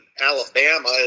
Alabama